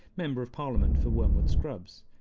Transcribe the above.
member of parliament for wormwood scrubbs.